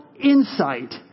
insight